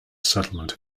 settlement